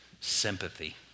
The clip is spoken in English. sympathy